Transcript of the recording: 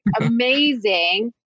amazing